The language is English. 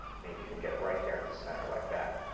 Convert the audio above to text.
maybe even get it right there in the center like that.